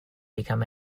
become